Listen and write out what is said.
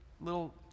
little